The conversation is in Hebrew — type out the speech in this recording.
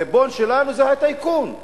הריבון שלנו זה הטייקון.